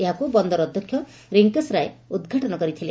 ଏହାକୁ ବନ୍ଦର ଅଧ୍ଧକ୍ଷ ରିଙ୍କେଶ ରାୟ ଉଦ୍ଘାଟନ କରିଥିଲେ